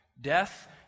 death